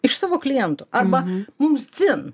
iš savo klientų arba mums dzin